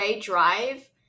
drive